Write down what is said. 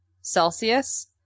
Celsius